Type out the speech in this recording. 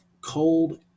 cold